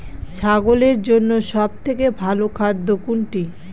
ছাগলের জন্য সব থেকে ভালো খাদ্য কোনটি?